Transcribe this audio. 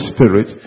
Spirit